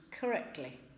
correctly